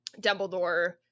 dumbledore